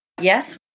Yes